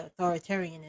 authoritarianism